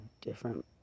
different